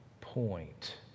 point